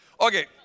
Okay